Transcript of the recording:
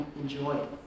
enjoy